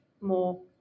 more